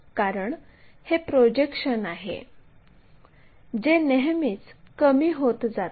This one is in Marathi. कारण हे प्रोजेक्शन आहे जे नेहमीच कमी होत जाते